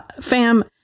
fam